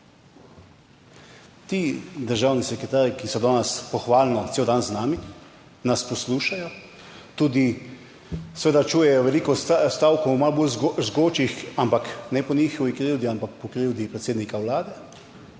Ti državni sekretarji, ki so danes pohvalno cel dan z nami, nas poslušajo, tudi seveda čujejo veliko stavkov malo bolj žgočih, ampak ne po njihovi krivdi, ampak po krivdi predsednika Vlade